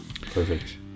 Perfect